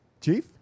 Chief